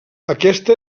aquesta